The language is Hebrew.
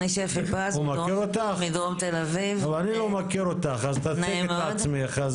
אבל אני לא מכיר אותך, אז תציגי את עצמך.